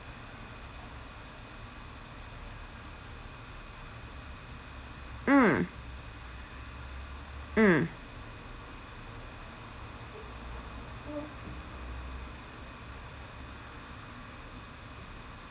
mm mm